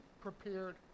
prepared